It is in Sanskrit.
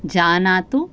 जानातु